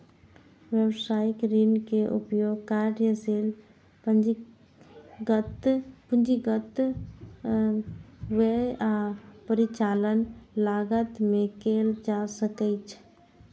व्यवसायिक ऋण के उपयोग कार्यशील पूंजीगत व्यय आ परिचालन लागत मे कैल जा सकैछ